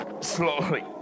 slowly